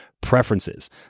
preferences